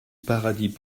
paradis